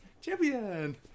Champion